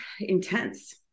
intense